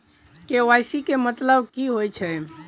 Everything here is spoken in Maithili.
के.वाई.सी केँ मतलब की होइ छै?